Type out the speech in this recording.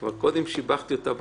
שכבר שיבחתי אותה קודם,